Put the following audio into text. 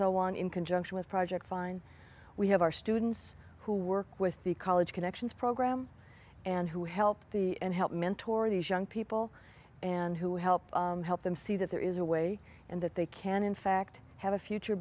so on in conjunction with project fine we have our students who work with the college connections program and who help the and help mentor these young people and who help help them see that there is a way and that they can in fact have a future